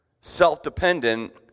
self-dependent